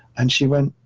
and she went,